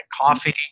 coffee